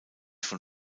von